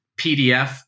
PDF